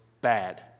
bad